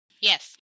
Yes